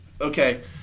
okay